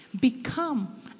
Become